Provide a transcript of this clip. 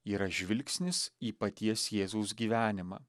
yra žvilgsnis į paties jėzaus gyvenimą